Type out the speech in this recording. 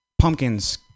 pumpkins